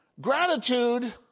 Gratitude